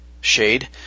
shade